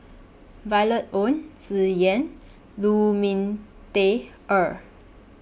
Violet Oon Tsung Yeh and Lu Ming Teh Earl